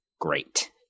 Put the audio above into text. great